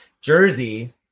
Jersey